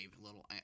little